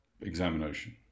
examination